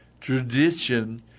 tradition